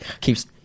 keeps